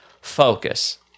focus